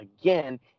again